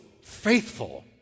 faithful